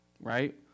right